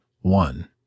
One